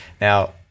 Now